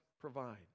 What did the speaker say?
provide